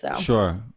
Sure